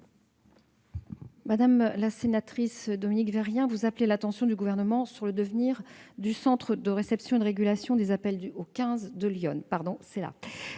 Madame la sénatrice Dominique Vérien, vous appelez l'attention du Gouvernement sur le devenir du centre de réception et de régulation des appels d'urgence (CRRA